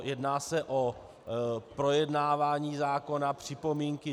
Jedná se o projednávání zákona, připomínky.